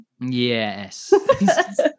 Yes